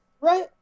Right